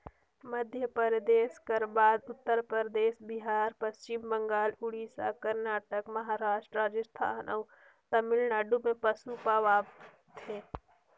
मध्यपरदेस कर बाद उत्तर परदेस, बिहार, पच्छिम बंगाल, उड़ीसा, करनाटक, महारास्ट, राजिस्थान अउ तमिलनाडु में पसु पवाथे